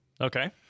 Okay